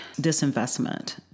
disinvestment